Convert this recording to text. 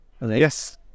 Yes